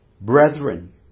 brethren